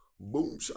Boom